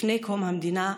לפני קום המדינה,